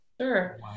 sure